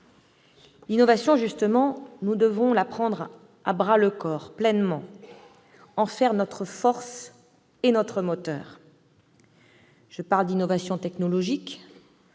L'innovation, justement, nous devons la prendre à bras-le-corps, en faire notre force et notre moteur. Je parle d'innovation technologique,